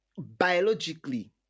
biologically